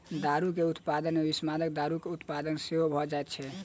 दारूक उत्पादन मे विषाक्त दारूक उत्पादन सेहो भ जाइत छै